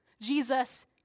Jesus